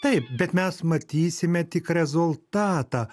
taip bet mes matysime tik rezultatą